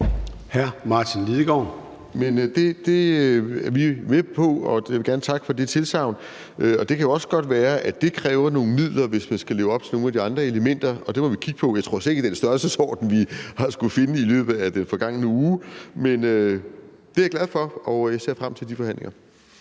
16:10 Martin Lidegaard (RV): Det er vi med på, og jeg vil gerne takke for det tilsagn. Det kan også godt være, at det kræver nogle midler, hvis vi skal leve op til nogle af de andre elementer, og det må vi kigge på. Jeg tror så ikke, det er i den størrelsesorden, vi har skullet finde i løbet af den forgangne uge. Men det er jeg glad for, og jeg ser frem til de forhandlinger.